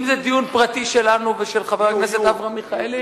אם זה דיון פרטי שלנו ושל חבר הכנסת אברהם מיכאלי,